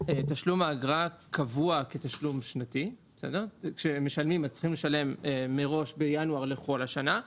תשלום האגרה קבוע כתשלום שנתי וצריכים לשלם מראש בינואר לכל השנה.